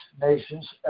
nations